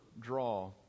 draw